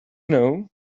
know